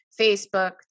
Facebook